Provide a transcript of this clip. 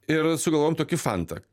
ir sugalvojom tokį fantą